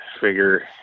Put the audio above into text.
figure